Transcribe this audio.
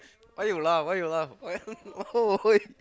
why you laugh why you laugh